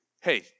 hey